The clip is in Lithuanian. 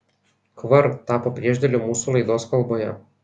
kvar tapo priešdėliu mūsų laidos kalboje